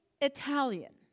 Italian